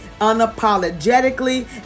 unapologetically